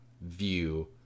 view